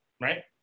right